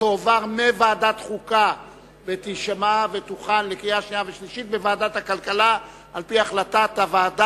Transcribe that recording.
חוק ומשפט לוועדת הכלכלה נתקבלה.